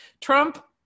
Trump